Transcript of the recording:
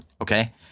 Okay